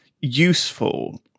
useful